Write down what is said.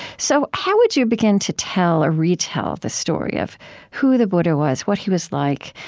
so how would you begin to tell or retell the story of who the buddha was, what he was like,